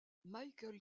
michael